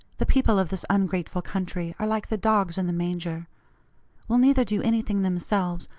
the people of this ungrateful country are like the dogs in the manger will neither do anything themselves,